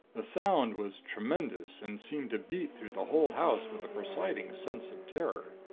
the sound was tremendous, and seemed to beat through the whole house with a presiding sense of terror.